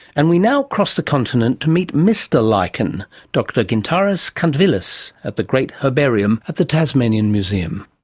and we now cross the continent to meet mr lichen, dr gintaras kantvilas at the great herbarium at the tasmanian museum.